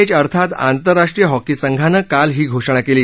H अर्थात आंतरराष्ट्रीय hockey संघानं काल ही घोषणा केली